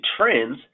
trends